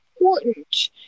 important